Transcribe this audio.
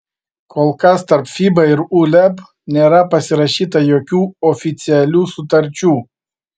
kol kas tarp fiba ir uleb nėra pasirašyta jokių oficialių sutarčių